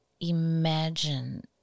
imagine